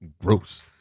Gross